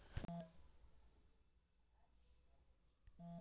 गाई के रहे वाला वरदौली के साफ़ सुथरा रखे के पड़ेला